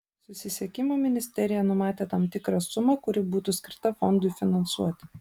susisiekimo ministerija numatė tam tikrą sumą kuri būtų skirta fondui finansuoti